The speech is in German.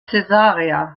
caesarea